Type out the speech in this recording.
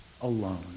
alone